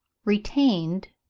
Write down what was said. retained,